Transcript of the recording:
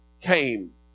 came